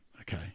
okay